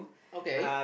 okay